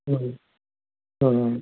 হুম হুম